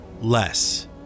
less